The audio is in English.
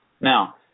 Now